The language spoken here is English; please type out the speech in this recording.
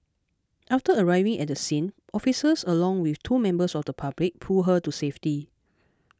after arriving at the scene officers along with two members of the public pulled her to safety